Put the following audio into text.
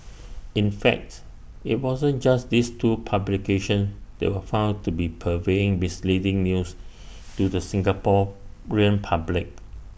in facts IT wasn't just these two publications that were found to be purveying misleading news to the Singaporean public